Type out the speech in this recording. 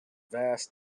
vast